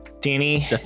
Danny